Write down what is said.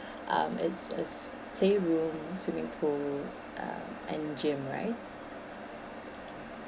um it it's playroom swimming pool uh and gym right